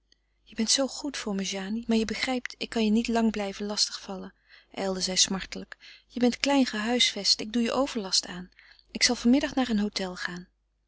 je bent zoo goed voor me jany maar je begrijpt ik kan je niet lang blijven lastig vallen ijlde zij smartelijk je bent klein gehuisvest ik doe je overlast aan ik zal vanmiddag naar een hôtel gaan